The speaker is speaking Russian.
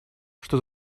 что